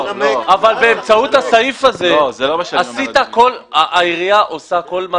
אבל באמצעות הסעיף הזה העירייה עושה כל מה